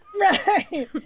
Right